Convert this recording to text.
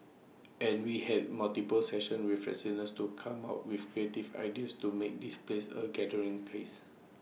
and we had multiple sessions with residents to come up with creative ideas to make this place A gathering place